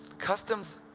customs